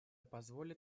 позволит